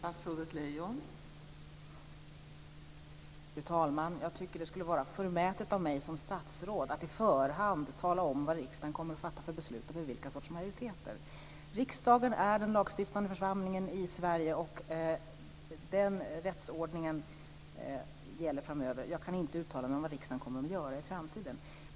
Fru talman! Jag tycker att det skulle vara förmätet av mig som statsråd att på förhand tala om vilka beslut som riksdagen kommer att fatta och med vilken sorts majoritet. Riksdagen är den lagstiftande församlingen i Sverige, och den rättsordningen gäller framöver. Jag kan inte uttala mig om vad riksdagen kommer att göra i framtiden.